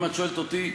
אם את שואלת אותי,